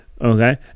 Okay